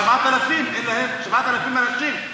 7,000 אנשים,